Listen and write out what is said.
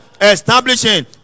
establishing